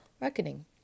reckoning